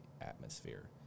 atmosphere